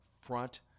front